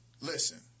Listen